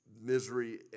misery